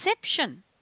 perception